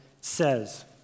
says